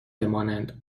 بمانند